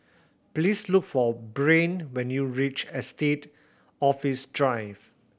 please look for Brain when you reach Estate Office Drive